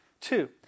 two